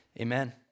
Amen